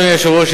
אדוני היושב-ראש,